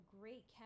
great